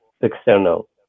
external